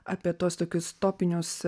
apie tuos tokius topinius